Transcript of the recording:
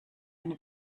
eine